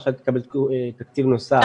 ועכשיו קיבלו תקציב נוסף.